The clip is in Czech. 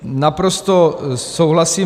Naprosto souhlasím.